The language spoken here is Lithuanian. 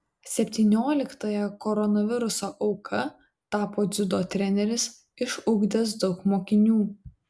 septynioliktąja koronaviruso auka tapo dziudo treneris išugdęs daug mokinių